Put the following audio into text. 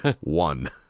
One